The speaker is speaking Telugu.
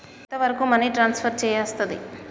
ఎంత వరకు మనీ ట్రాన్స్ఫర్ చేయస్తది?